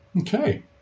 Okay